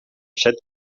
set